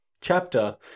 chapter